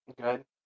good